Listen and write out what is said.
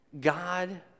God